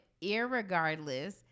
irregardless